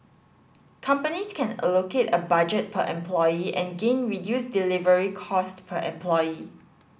companies can allocate a budget per employee and gain reduced delivery cost per employee